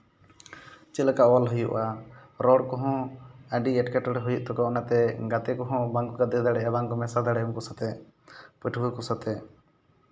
ᱪᱮᱫ ᱞᱮᱠᱟ ᱚᱞ ᱦᱩᱭᱩᱜᱼᱟ ᱨᱚᱲ ᱠᱚᱦᱚᱸ ᱟᱹᱰᱤ ᱮᱴᱠᱮᱴᱚᱬᱮ ᱦᱩᱭᱩᱜ ᱛᱟᱠᱚᱣᱟ ᱚᱱᱟᱛᱮ ᱜᱟᱛᱮ ᱠᱚᱦᱚᱸ ᱵᱟᱝ ᱠᱚ ᱜᱟᱛᱮ ᱫᱟᱲᱮᱭᱟᱜᱼᱟ ᱵᱟᱝ ᱠᱚ ᱢᱮᱥᱟ ᱫᱟᱲᱮᱭᱟᱜᱼᱟ ᱩᱱᱠᱩ ᱥᱟᱛᱮᱜ ᱯᱟᱹᱴᱷᱩᱣᱟᱹ ᱠᱚ ᱥᱟᱛᱮᱜ